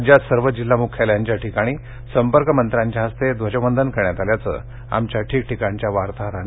राज्यात सर्व जिल्हा मुख्यालयांच्या ठिकाणी संपर्क मंत्र्यांच्या हस्ते ध्वजवंदन करण्यात आल्याचं आमच्या ठिकठिकाणच्या वार्ताहरानी कळवलं आहे